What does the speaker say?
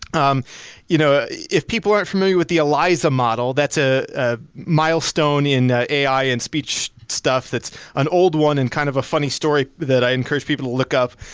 um you know if people aren't familiar with the eliza model, that's ah a milestone in ai in speech stuff. that's an old one and kind of a funny story that i encourage to look up.